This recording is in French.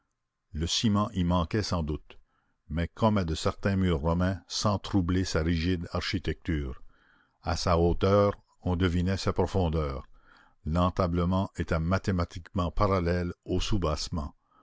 le ciment y manquait sans doute mais comme à de certains murs romains sans troubler sa rigide architecture à sa hauteur on devinait sa profondeur l'entablement était mathématiquement parallèle au soubassement